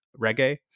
reggae